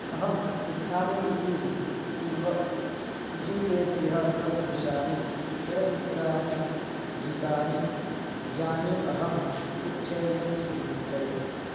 अहम् इच्छामि इति पूर्वं सूचितेभ्यः सद्दृशानि चलनचित्राणि गीतानि यानि अहम् इच्छेयं सूचय